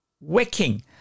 Wicking